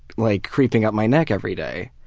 like creeping up my neck every day.